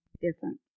different